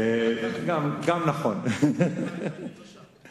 יש איזו תופעה קצת משונה.